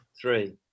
Three